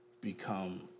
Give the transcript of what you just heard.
become